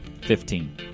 Fifteen